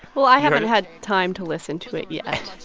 well, i haven't had time to listen to it yet.